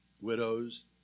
widows